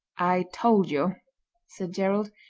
i told you said gerald.